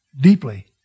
deeply